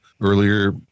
earlier